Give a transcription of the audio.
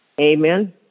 Amen